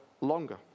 longer